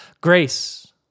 Grace